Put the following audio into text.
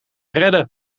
redden